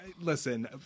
listen